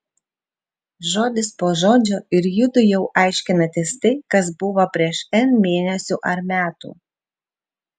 žodis po žodžio ir judu jau aiškinatės tai kas buvo prieš n mėnesių ar metų